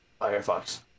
firefox